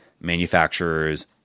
manufacturers